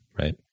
right